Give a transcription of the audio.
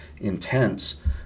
intense